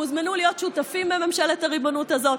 הם הוזמנו להיות שותפים בממשלת הריבונות הזאת,